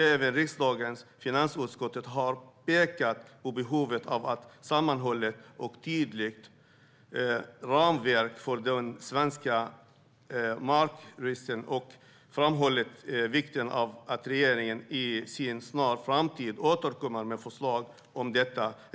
Även riksdagens finansutskott har pekat på behovet av ett sammanhållet och tydligt ramverk för den svenska makrotillsynen och framhållit vikten av att regeringen i en snar framtid återkommer med förslag om detta.